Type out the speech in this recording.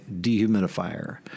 dehumidifier